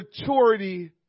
maturity